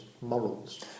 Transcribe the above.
Morals